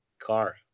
car